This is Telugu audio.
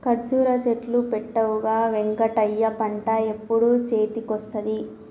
కర్జురా చెట్లు పెట్టవుగా వెంకటయ్య పంట ఎప్పుడు చేతికొస్తది